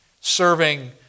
serving